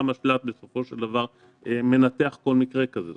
המשל"ט בסופו של דבר מנתח כל מקרה כזה.